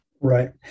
Right